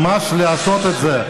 ממש לעשות את זה.